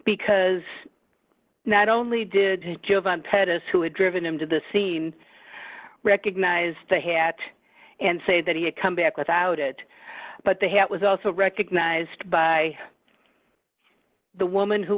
because not only did jovan pettus who had driven him to the scene recognize the hat and say that he had come back without it but they had was also recognized by the woman who